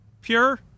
pure